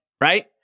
right